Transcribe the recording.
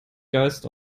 geist